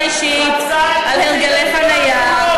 זאת לא שיחה אישית על זוגיות וזה לא שיחה אישית על הרגלי חניה.